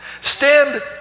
Stand